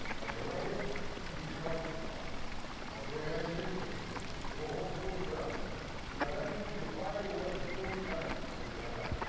on your right hip you keep your cartridge box that's where your ammunition is stored. it'll hold forty rounds of ammunition. now that means you can fire your weapon forty times before you run out.